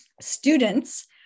students